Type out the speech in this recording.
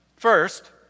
First